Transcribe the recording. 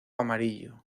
amarillo